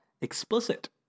explicit